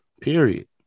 Period